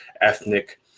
ethnic